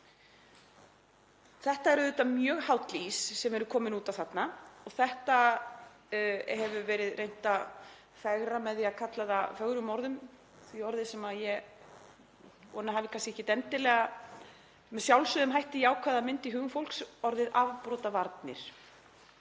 Þetta er auðvitað mjög háll ís sem við erum komin út á þarna og þetta hefur verið reynt að fegra með því að kalla það fögrum orðum, því orði sem ég vona hafi kannski ekkert endilega með sjálfsögðum hætti jákvæða mynd í hugum fólks, orðinu afbrotavarnir.